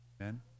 Amen